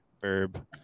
verb